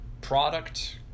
Product